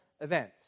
event